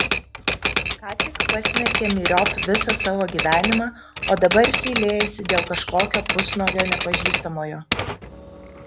ką tik pasmerkė myriop visą savo gyvenimą o dabar seilėjasi dėl kažkokio pusnuogio nepažįstamojo